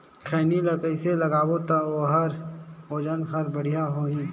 खैनी ला कइसे लगाबो ता ओहार वजन हर बेडिया होही?